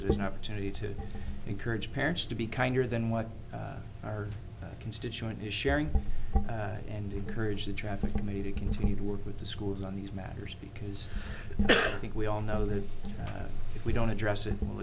it as an opportunity to encourage parents to be kinder than what our constituent is sharing and encourage the traffic to me to continue to work with the schools on these matters because i think we all know that if we don't address it will